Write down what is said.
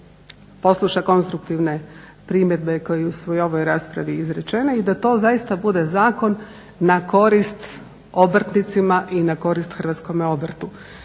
posluša konstruktivne primjedbe koje su i u ovoj raspravi izrečene i da to zaista bude zakon na korist obrtnicima i na korist hrvatskome obrtu.